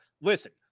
Listen